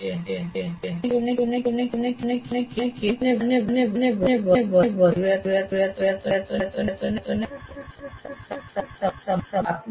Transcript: આ પડકારને કેવી રીતે દૂર કરવો તે એક અલગ મુદ્દો છે